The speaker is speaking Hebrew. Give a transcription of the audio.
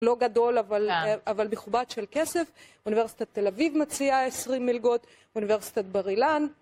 לא גדול, אבל מכובד של כסף. ואוניברסיטת תל אביב מציעה 20 מלגות, ואוניברסיטת בר אילן.